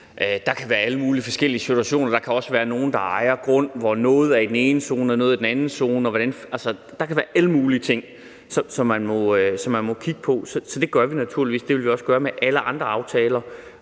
Der kan være alle mulige forskellige situationer, og der kan også være nogle, der ejer en grund, hvor noget af grunden ligger i den ene zone og noget ligger i den anden zone – altså, der kan være alle mulige ting, som man må kigge på, så det gør vi naturligvis. Det ville vi også gøre med alle mulige andre aftaler